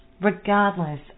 regardless